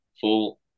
full